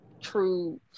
true